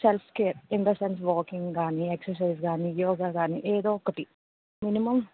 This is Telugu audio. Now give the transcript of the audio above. self care in the sense walking కానీ ఎక్ససైజెస్ కానీ యోగా కానీ ఏదో ఒకటి మినిమం